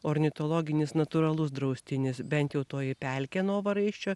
ornitologinis natūralus draustinis bent jau toji pelkė novaraisčio